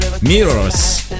Mirrors